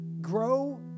grow